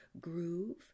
groove